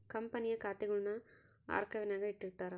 ಕಂಪನಿಯ ಖಾತೆಗುಳ್ನ ಆರ್ಕೈವ್ನಾಗ ಇಟ್ಟಿರ್ತಾರ